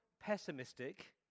pessimistic